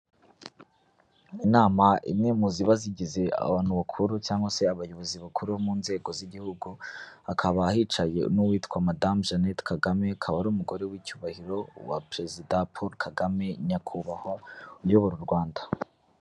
Inama imwe mu ziba zigize abantu bakuru cyangwa se abayobozi bakuru bo mu nzego z'igihugu, hakaba hicaye n'uwitwa madamu Jeannette Kagame, akaba ari umugore w'icyubahiro wa Perezida Paul Kagame Nyakubahwa uyobora u Rwanda.